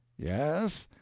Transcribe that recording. yes,